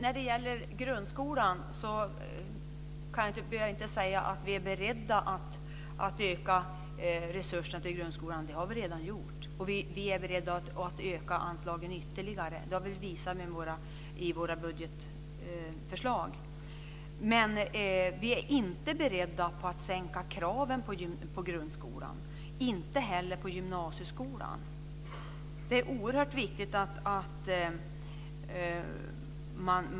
Fru talman! Jag behöver inte säga att vi är beredda att öka resurserna till grundskolan. Det har vi redan gjort, och vi är beredda att öka anslagen ytterligare. Det har vi visat i våra budgetförslag. Men vi är inte beredda att sänka kraven i grundskolan, och inte heller i gymnasieskolan.